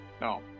no